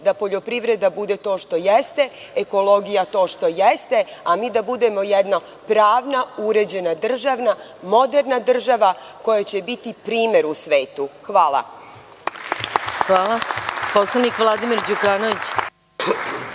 da poljoprivreda bude to što jeste, ekologija to što jeste, a mi da budemo jedna pravna, uređena, državna, moderna država koja će biti primer u svetu. Hvala. **Maja Gojković** Reč ima narodni